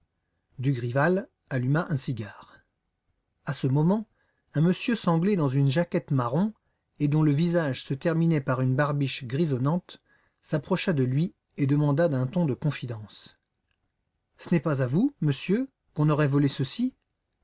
dugrival alluma un cigare à ce moment un monsieur sanglé dans une jaquette marron et dont le visage se terminait par une barbiche grisonnante s'approcha de lui et demanda d'un ton de confidence ce n'est pas à vous monsieur qu'on aurait volé ceci